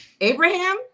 Abraham